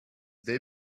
they